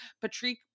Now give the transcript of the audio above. Patrick